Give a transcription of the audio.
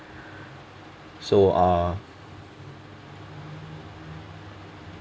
so uh